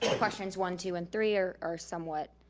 questions one, two and three are are somewhat